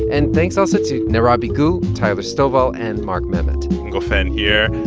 and thanks, also, to nera bigoo, tyler stovall and mark memmott ngofeen here.